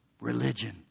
religion